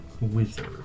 Wizard